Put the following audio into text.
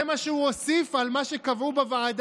זה מה שהוא הוסיף על מה שקבעו בוועדה,